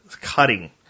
cutting